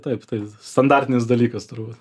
taip tai standartinis dalykas turbūt